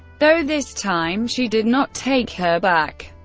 though this time she did not take her back.